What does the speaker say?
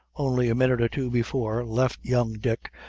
only a minute or two before, left young dick,